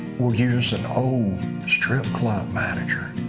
will use an old strip club manager,